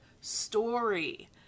story